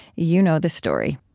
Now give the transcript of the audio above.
you know the story